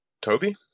toby